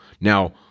Now